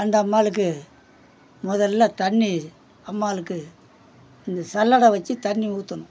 அந்த அம்மாளுக்கு முதலில் தண்ணீர் அம்பாளுக்கு இந்த சல்லடை வச்சு தண்ணி ஊற்றணும்